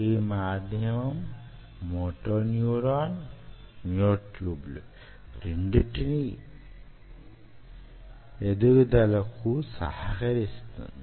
ఆ మాధ్యమం motor neuron మ్యో ట్యూబ్లు రెండిటి ఎదుగుదలకు సహకరిస్తుంది